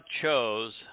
chose